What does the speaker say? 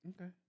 Okay